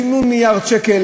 שילמו מיליארד שקל